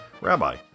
Rabbi